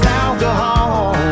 alcohol